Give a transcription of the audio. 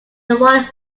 rolling